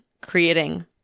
creating